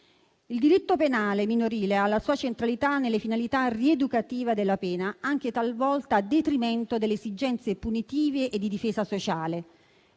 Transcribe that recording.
Il diritto penale minorile ha la sua centralità nella finalità rieducativa della pena, anche talvolta a detrimento delle esigenze punitive e di difesa sociale.